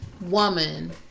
woman